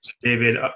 David